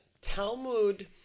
Talmud